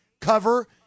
cover